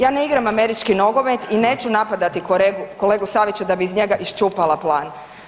Ja ne igram američki nogomet i neću napadati kolegu Savića da bi iz njega iščupala plan.